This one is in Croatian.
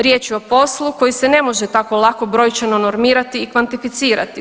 Riječ je o poslu koji se ne može tako lako brojčano normirati i kvantificirati.